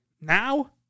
now